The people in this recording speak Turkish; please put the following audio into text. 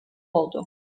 oldu